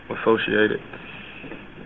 associated